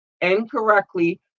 incorrectly